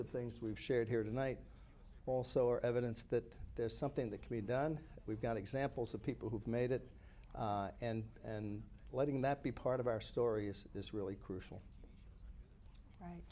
of things we've shared here tonight also are evidence that there's something that can be done we've got examples of people who've made it and and letting that be part of our story is this really crucial